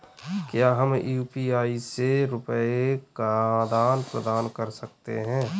क्या हम यू.पी.आई से रुपये का आदान प्रदान कर सकते हैं?